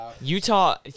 Utah